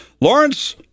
Lawrence